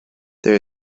there